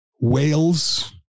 Wales